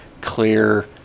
clear